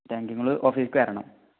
നിങ്ങൾ ഓഫീസിലേക്ക് വരണം